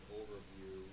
overview